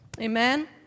Amen